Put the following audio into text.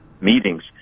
meetings